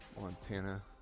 Montana